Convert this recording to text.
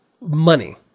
money